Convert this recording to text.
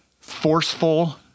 forceful